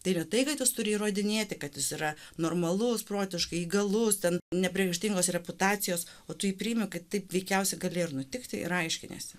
tai yra tai kad jis turi įrodinėti kad jis yra normalus protiškai įgalus ten nepriekaištingos reputacijos o tu jį priimi kad taip veikiausiai galėjo ir nutikti ir aiškiniesi